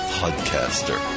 podcaster